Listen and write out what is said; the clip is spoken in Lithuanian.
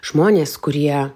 žmonės kurie